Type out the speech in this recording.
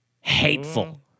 hateful